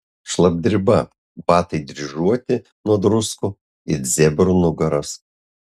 šlapdriba batai dryžuoti nuo druskų it zebrų nugaros